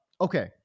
Okay